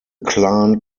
clan